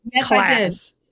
class